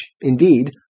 indeed